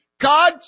God